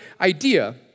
idea